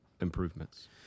improvements